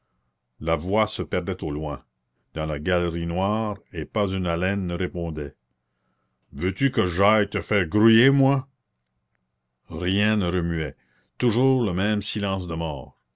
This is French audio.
la voix se perdait au loin dans la galerie noire et pas une haleine ne répondait veux-tu que j'aille te faire grouiller moi rien ne remuait toujours le même silence de mort